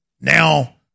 now